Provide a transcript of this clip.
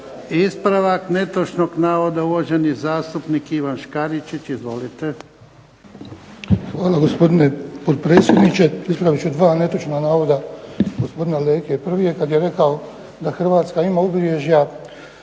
Ispravak netočnog navoda, uvaženi zastupnik Ivan Škaričić. Izvolite. **Škaričić, Ivan (HDZ)** Hvala gospodine potpredsjedniče. Ispravit ću 2 netočna navoda gospodina Leke. Prvi je kad je rekao da Hrvatska ima obilježja